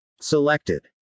Selected